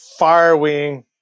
Firewing